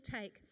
take